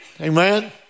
amen